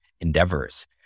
endeavors